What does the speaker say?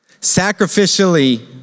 sacrificially